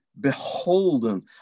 beholden